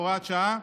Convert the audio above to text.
הוראת שעה)